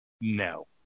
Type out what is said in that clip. No